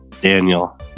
daniel